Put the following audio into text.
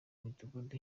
midugudu